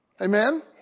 Amen